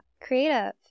creative